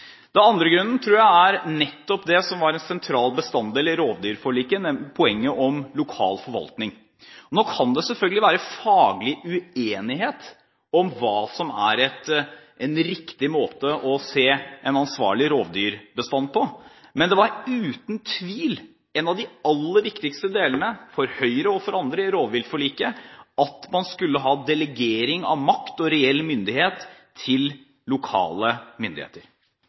andre grunnen – tror jeg – er nettopp det som var en sentral bestanddel i rovdyrforliket, nemlig poenget om lokal forvaltning. Nå kan det selvfølgelig være faglig uenighet om hva som er en riktig måte å se en ansvarlig rovdyrbestand på, men det var uten tvil en av de aller viktigste delene for Høyre og for andre i rovviltforliket, at man skulle ha delegering av makt og reell myndighet til lokale myndigheter.